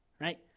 right